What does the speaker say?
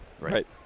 Right